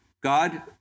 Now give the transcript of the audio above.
God